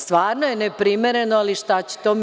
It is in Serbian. Stvarno je neprimereno, ali šta ću.